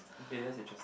okay that's interest